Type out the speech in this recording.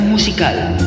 musical